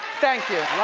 thank you,